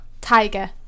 Tiger